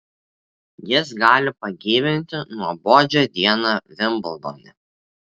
jis gali pagyvinti nuobodžią dieną vimbldone